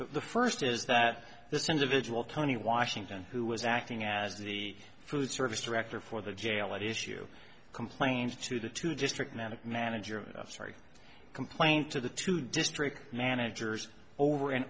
but the first is that this individual tony washington who was acting as the food service director for the jail at issue complains to the two district manic manager of sorry complained to the two district managers over and